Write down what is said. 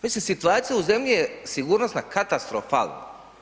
Mislim, situaciju u zemlji je, sigurnosna, katastrofalna.